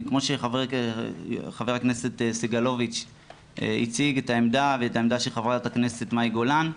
כמו שח"כ סגלוביץ הציג את העמדה ואת העמדה של ח"כ מאי גולן,